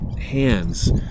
hands